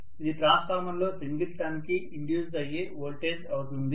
ఇది ట్రాన్స్ఫార్మర్ లో single turn కి ఇండ్యూస్ అయ్యే వోల్టేజ్ అవుతుంది